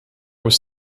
was